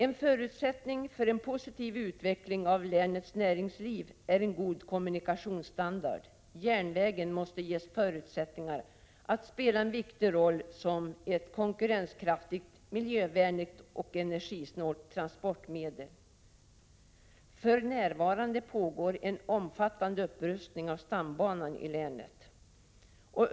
En förutsättning för en positiv utveckling av länets näringsliv är en god kommunikationsstandard. Järnvägen måste ges förutsättningar att spela en viktig roll som ett konkurrenskraftigt, miljövänligt och energisnålt transportmedel. För närvarande pågår en omfattande upprustning av stambanan i länet.